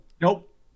Nope